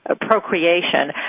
procreation